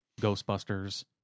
Ghostbusters